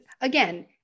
again